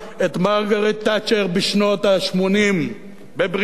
את מרגרט תאצ'ר בשנות ה-80 בבריטניה,